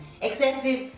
Excessive